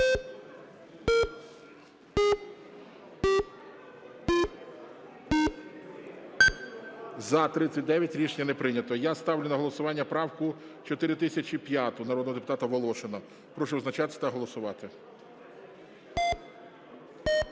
За-39 Рішення не прийнято. Я ставлю на голосування правку 4005 народного депутата Волошина. Прошу визначатися та голосувати.